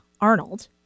Arnold